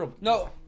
No